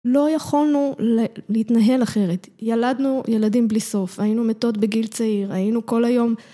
לא יכולנו להתנהל אחרת, ילדנו ילדים בלי סוף, היינו מתות בגיל צעיר, היינו כל היום.